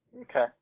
Okay